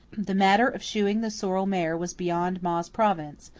the matter of shoeing the sorrel mare was beyond ma's province,